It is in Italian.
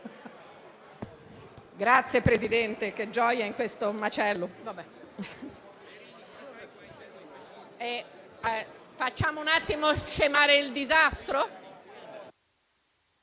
Signor Presidente, che gioia in questo macello! Facciamo un attimo scemare il disastro?